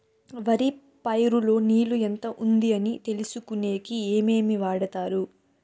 వరి పైరు లో నీళ్లు ఎంత ఉంది అని తెలుసుకునేకి ఏమేమి వాడతారు?